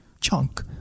chunk